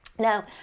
Now